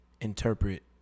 interpret